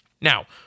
Now